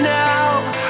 now